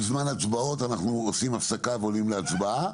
בזמן הצבעות אנחנו עושים הפסקה ועולים להצבעה.